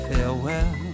Farewell